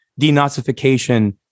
Denazification